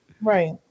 Right